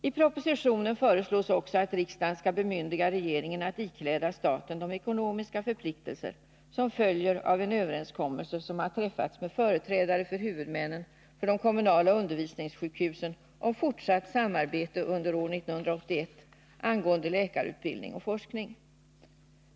I propositionen föreslås också att riksdagen skall bemyndiga regeringen att ikläda staten de ekonomiska förpliktelser som följer av en överenskommelse som har träffats med företrädare för huvudmännen för de kommunala undervisningssjukhusen om fortsatt samarbete under år 1981 angående läkarutbildning och forskning.